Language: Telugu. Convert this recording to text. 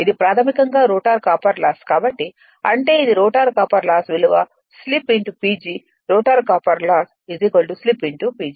ఇది ప్రాథమికంగా రోటర్ కాపర్ లాస్ కాబట్టి అంటే ఇది రోటర్ కాపర్ లాస్ విలువ slip PG rotor copper loss slip PG